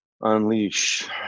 unleash